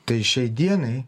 tai šiai dienai